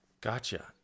Gotcha